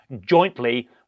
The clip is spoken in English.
jointly